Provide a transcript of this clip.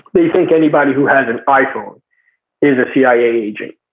they think anybody who has an iphone is a cia agent.